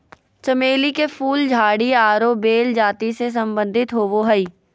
चमेली के फूल झाड़ी आरो बेल जाति से संबंधित होबो हइ